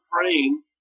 praying